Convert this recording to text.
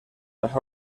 las